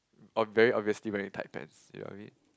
um very obviously wearing tight pants ya I mean